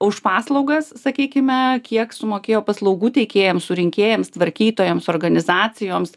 už paslaugas sakykime kiek sumokėjo paslaugų teikėjams surinkėjams tvarkytojams organizacijoms